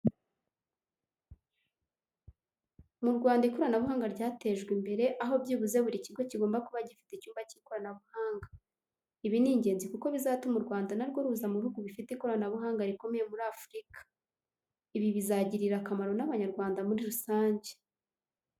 Mu Rwanda ikoranabuhanga ryatejwe imbere, aho byibuze buri kigo kigomba kuba gifite icyumba cy'ikoranabuhanga. Ibi ni ingezi kuko bizatuma u Rwanda na rwo ruza mu bihugu bifite ikoranabuhanga rikomeye muri Afurika. Ibi bizagirira akamaro n'Abanyarwanda muri rusange.